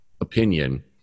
opinion